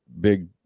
big